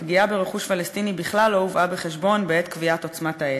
הפגיעה ברכוש פלסטיני בכלל לא הובאה בחשבון בעת קביעת עוצמת האש.